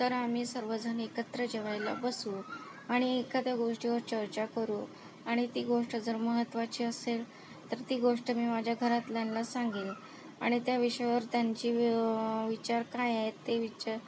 तर आम्ही सर्वजण एकत्र जेवायला बसू आणि एखाद्या गोष्टीवर चर्चा करू आणि ती गोष्ट जर महत्त्वाची असेल तर ती गोष्ट मी माझ्या घरातल्यांना सांगेन आणि त्या विषयावर त्यांची व्य विचार काय आहे ते विचार